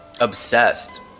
obsessed